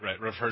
right